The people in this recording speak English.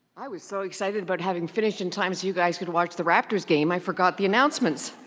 i was so excited about having finished in time so you guys could watch the raptors game, i forgot the announcements.